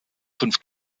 fünf